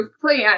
plan